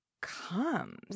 comes